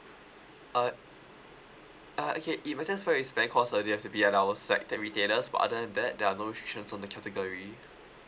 uh uh okay it matters where you spend because uh it has to be at our set the retailers but other than that there are no restrictions on the category